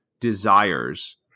desires